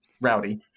Rowdy